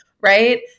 Right